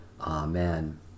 Amen